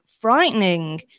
frightening